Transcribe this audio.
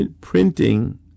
Printing